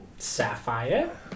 Sapphire